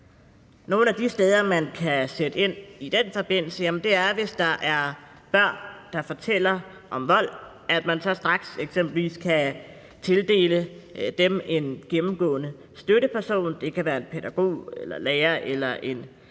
Et af de steder, man kan sætte ind i den forbindelse, er, at man straks, hvis børn fortæller om vold, eksempelvis kan tildele dem en gennemgående støtteperson. Det kan være en pædagog, en lærer eller en